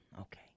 okay